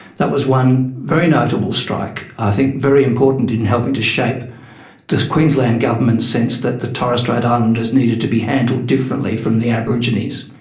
that was one very notable strike, i think very important in helping to shape the queensland government's sense that the torres strait islanders needed to be handled differently from the aborigines.